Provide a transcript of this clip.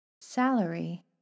Salary